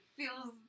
feels